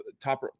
top